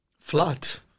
Flat